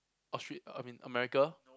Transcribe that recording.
Austra~ I mean America